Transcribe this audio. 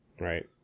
Right